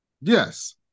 Yes